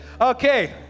Okay